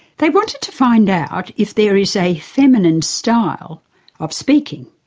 they wanted to find out if there is a feminine style of speaking.